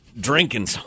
drinking